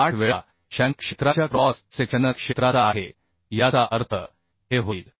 78 वेळा शँक क्षेत्राच्या cross sectional क्षेत्राचा आहे याचा अर्थ हे होईल